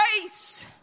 grace